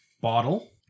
Bottle